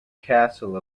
castle